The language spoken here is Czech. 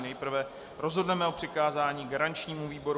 Nejprve rozhodneme o přikázání garančnímu výboru.